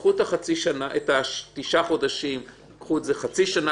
קחו מתוך התשעה חודשים חצי שנה,